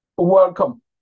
welcome